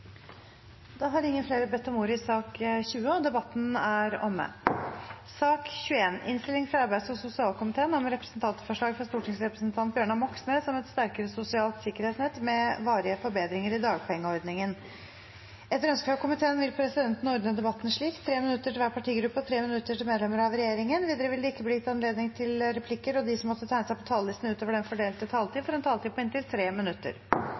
Flere har ikke bedt om ordet til sak nr. 20. Etter ønske fra arbeids- og sosialkomiteen vil presidenten ordne debatten slik: 3 minutter til hver partigruppe og 3 minutter til medlemmer av regjeringen. Videre vil det ikke bli gitt anledning til replikker, og de som måtte tegne seg på talerlisten utover den fordelte taletid, får også en taletid på inntil 3 minutter.